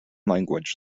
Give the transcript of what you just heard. language